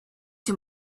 too